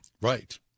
Right